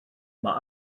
mae